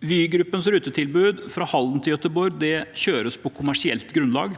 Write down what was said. Vygruppens rutetilbud fra Halden til Göteborg kjøres på kommersielt grunnlag.